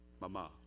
Mama